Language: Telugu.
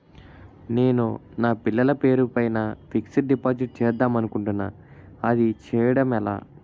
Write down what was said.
నేను నా పిల్లల పేరు పైన ఫిక్సడ్ డిపాజిట్ చేద్దాం అనుకుంటున్నా అది చేయడం ఎలా?